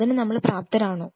അതിനു നമ്മൾ പ്രാപ്തരാണോ